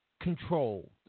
controlled